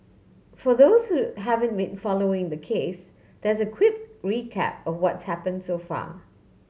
for those who haven't been following the case there's a quick recap or what's happen so far